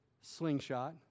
slingshot